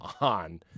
on